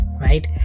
right